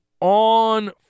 on